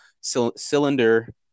cylinder